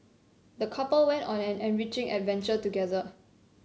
the couple went on an enriching adventure together